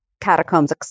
catacombs